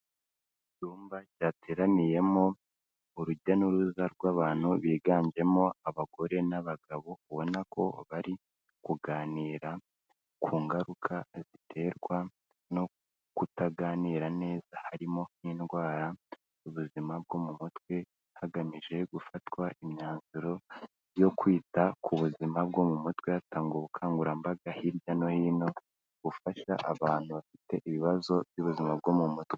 Icyumba cyateraniyemo urujya n'uruza rw'abantu biganjemo abagore n'abagabo, ubona ko bari kuganira ku ngaruka ziterwa no kutaganira neza harimo n'indwara z'ubuzima bwo mu mutwe, hagamijwe gufatwa imyanzuro yo kwita ku buzima bwo mu mutwe hatangwa ubukangurambaga hirya no hino gufasha abantu bafite ibibazo by'ubuzima bwo mu mutwe.